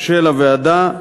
של הוועדה,